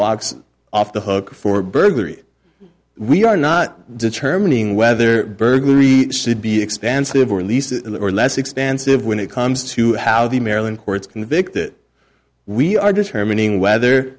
walks off the hook for burglary we are not determining whether burglary should be expensive or at least are less expensive when it comes to how the maryland courts convict that we are determining whether